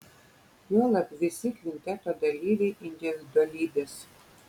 juolab visi kvinteto dalyviai individualybės